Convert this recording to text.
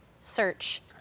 search